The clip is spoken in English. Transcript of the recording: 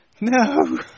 no